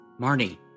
Marnie